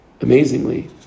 amazingly